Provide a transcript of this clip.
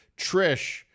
Trish